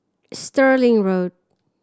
Stirling Road